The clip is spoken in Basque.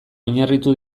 oinarritu